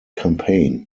campaign